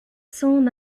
son